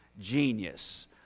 genius